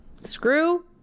screw